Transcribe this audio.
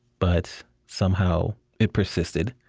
but somehow, it persisted,